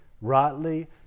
rightly